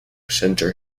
center